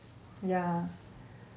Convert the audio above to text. ya